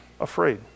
afraid